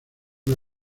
una